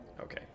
Okay